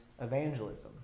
evangelism